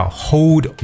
hold